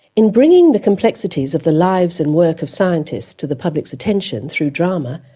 in bringing the complexities of the lives and work of scientists to the public's attention through drama,